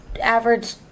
average